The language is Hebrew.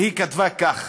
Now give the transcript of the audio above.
והיא כתבה כך: